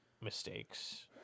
mistakes